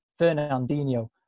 Fernandinho